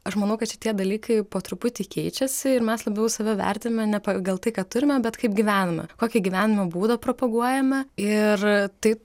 aš manau kad šitie dalykai po truputį keičiasi ir mes labiau save vertiname ne pagal tai ką turime bet kaip gyvename kokį gyvenimo būdą propaguojame ir tai